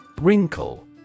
Wrinkle